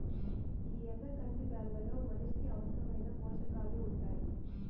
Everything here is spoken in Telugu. ఈ ఎర్ర కంది బ్యాళ్ళలో మనిషికి అవసరమైన పోషకాలు ఉంటాయి